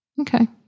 Okay